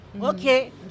Okay